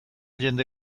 jende